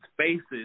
spaces